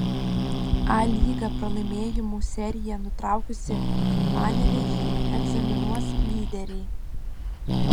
a lyga pralaimėjimų seriją nutraukusį panevėžį egzaminuos lyderiai